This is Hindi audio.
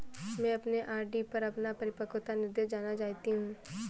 मैं अपने आर.डी पर अपना परिपक्वता निर्देश जानना चाहती हूँ